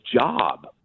job